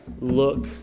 look